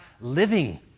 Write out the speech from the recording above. living